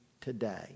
today